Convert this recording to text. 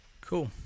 Cool